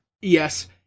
Yes